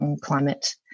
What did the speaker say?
climate